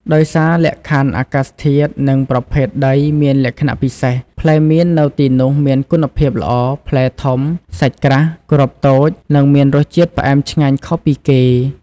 ដោយសារលក្ខខណ្ឌអាកាសធាតុ និងប្រភេទដីមានលក្ខណៈពិសេស ផ្លែមៀននៅទីនោះមានគុណភាពល្អ ផ្លែធំ សាច់ក្រាស់ គ្រាប់តូច និងមានរសជាតិផ្អែមឆ្ងាញ់ខុសពីគេ។